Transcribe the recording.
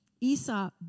Esau